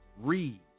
read